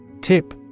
Tip